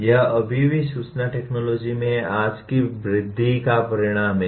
यह अभी भी सूचना टेक्नोलॉजी में आज की वृद्धि का परिणाम है